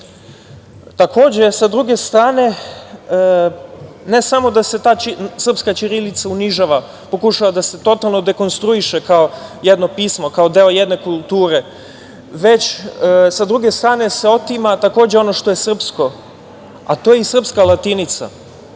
pismom. Takođe, s druge strane, ne samo da se ta srpska ćirilica unižava, pokušava da se totalno dekonstruiše kao jedno pismo, kao deo jedne kulture, već se otima takođe ono što je srpsko, a to je i srpska latinica. Dame